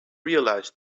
realise